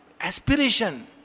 aspiration